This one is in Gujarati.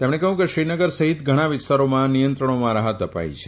તેમણે કહ્યું કે શ્રીનગર સહિત ઘણાં વિસ્તારોમાં નિયંત્રણીમાં રાહત અપાઈ છે